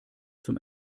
zum